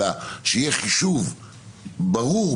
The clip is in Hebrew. אלא שיהיה חישוב ברור,